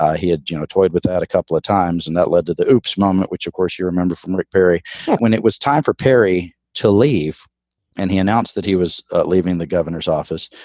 ah he had you know toyed with that a couple of times. and that led to the moment, which, of course, you remember from rick perry when it was time for perry to leave and he announced that he was leaving the governor's office.